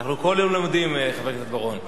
אנחנו כל יום לומדים, חבר הכנסת בר-און.